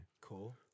Cool